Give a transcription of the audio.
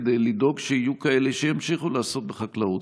כדי לדאוג שיהיו כאלה שימשיכו לעסוק בחקלאות.